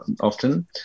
often